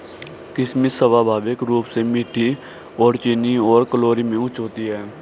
किशमिश स्वाभाविक रूप से मीठी और चीनी और कैलोरी में उच्च होती है